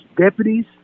deputies